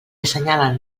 assenyalen